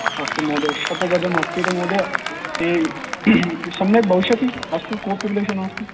अस्तु महोदय शतगजमस्ति महोदय सम्यक् भविष्यति अस्तु कोऽपि क्लेशो नास्ति